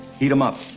heat em up.